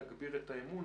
להגביר את האמון.